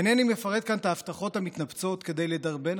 אינני מפרט כאן את ההבטחות המתנפצות כדי לדרבן